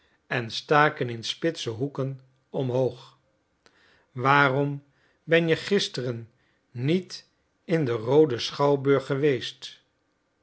en staken in spitse hoeken omhoog waarom ben je gisteren niet in den rooden schouwburg geweest